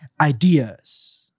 ideas